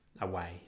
away